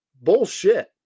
Bullshit